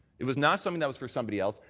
it was not something that was for somebody else.